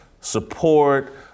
support